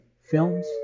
films